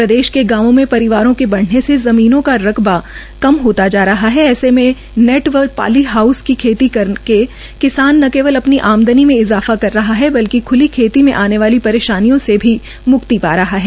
प्रदेश के गांव में परिवारों के बढ़ने से जमीनों का रकबा कम हता जा रहा है ऐसे में नेट व पाली हाउस में खेती करके किसान न केवल अपनी आमदनी में इज़ाफ़ा कर रहा है बल्कि खुली खेती में आने वाली परेशानियों से भी मुक्ति पा रहा है